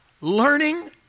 learning